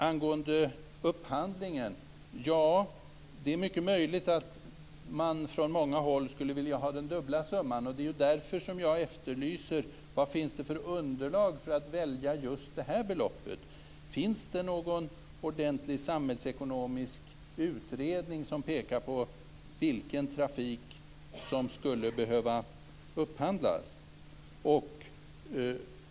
Angående upphandlingen är det mycket möjligt att man från många håll skulle vilja ha den dubbla summan, och det är ju därför som jag efterlyser vad det finns för underlag för att välja just detta belopp. Finns det någon ordentlig samhällsekonomisk utredning som pekar på vilken trafik som skulle behöva upphandlas?